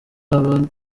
haba